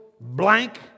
blank